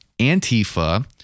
Antifa